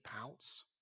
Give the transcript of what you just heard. pounce